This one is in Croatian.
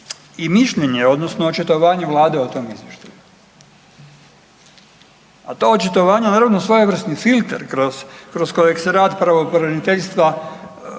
i mišljenje odnosno očitovanje Vlade o tom izvještaju. A ta očitovanja naravno svojevrsni filter kroz, kroz kojeg se rad pravobraniteljstva